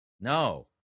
No